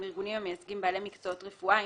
עם ארגונים המייצגים בעלי מקצועות רפואה,